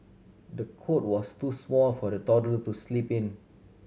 the cot was too small for the toddler to sleep in